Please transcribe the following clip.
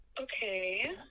Okay